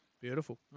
Beautiful